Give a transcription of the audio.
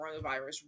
coronavirus